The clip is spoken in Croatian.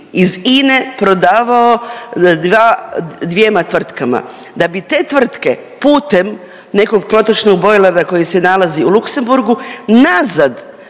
iz INA-e prodavao dvjema tvrtkama da bi te tvrtke putem nekog protočnog bojlera koji se nalazi u Luxembourgu nazad